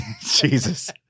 Jesus